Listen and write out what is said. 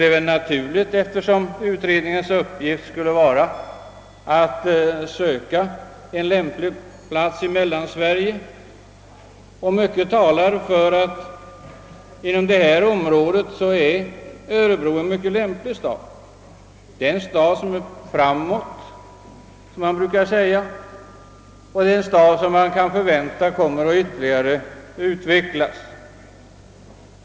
Detta är naturligt, eftersom utredningens uppgift skulle vara att söka en lämplig plats i Mellansverige. Mycket talar för att Örebro är en mycket passande stad inom detta område. Örebro är »framåt», som man brukar säga, och man kan förvänta att staden utvecklas ytterligare.